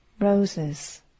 roses